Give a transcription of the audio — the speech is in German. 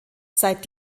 seit